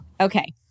Okay